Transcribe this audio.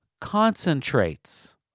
concentrates